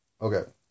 Okay